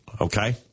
Okay